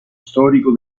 storico